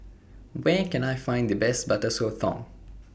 Where Can I Find The Best Butter Sotong